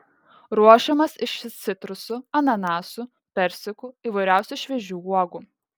ruošiamas iš citrusų ananasų persikų įvairiausių šviežių uogų